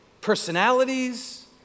Personalities